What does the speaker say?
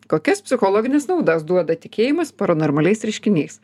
kokias psichologines naudas duoda tikėjimas paranormaliais reiškiniais